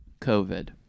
COVID